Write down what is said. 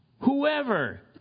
Whoever